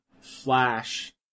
Flash